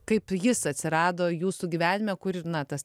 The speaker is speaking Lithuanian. kaip jis atsirado jūsų gyvenime kur ir na tas